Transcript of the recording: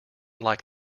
like